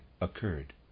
occurred